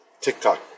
TikTok